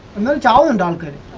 and regional and um kind of